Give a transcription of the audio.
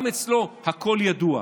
גם אצלו הכול ידוע.